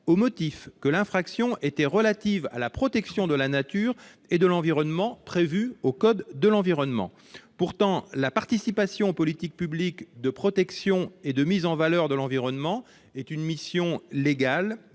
au motif que l'infraction était relative à la protection de la nature et de l'environnement, prévue au code de l'environnement. Pourtant, la participation aux politiques publiques de protection et de mise en valeur de l'environnement est une mission légale